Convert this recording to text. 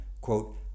quote